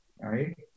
Right